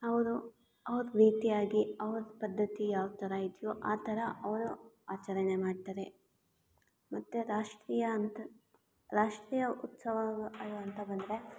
ಅವರು ಅವ್ರ ರೀತಿಯಾಗಿ ಅವ್ರ ಪದ್ಧತಿ ಯಾವ ಥರ ಇದೆಯೋ ಆ ಥರ ಅವರು ಆಚರಣೆ ಮಾಡ್ತಾರೆ ಮತ್ತು ರಾಷ್ಟ್ರೀಯ ಅಂತ ರಾಷ್ಟ್ರೀಯ ಉತ್ಸವ ಅಂತ ಬಂದರೆ